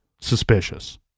suspicious